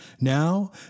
Now